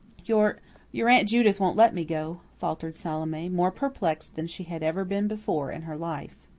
your your aunt judith won't let me go, faltered salome, more perplexed than she had ever been before in her life.